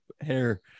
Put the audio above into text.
hair